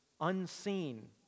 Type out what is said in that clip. unseen